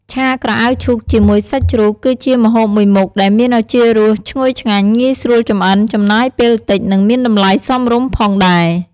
ឆាក្រអៅឈូកជាមួយសាច់ជ្រូក គឺជាម្ហូបមួយមុខដែលមានឱជារសឈ្ងុយឆ្ងាញ់ ងាយស្រួលចម្អិន ចំណាយពេលតិច និងមានតម្លៃសមរម្យផងដែរ។